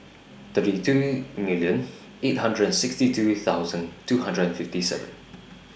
thirty two million eight hundred and sixty two thousand two hundred and fifty seven